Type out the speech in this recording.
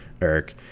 eric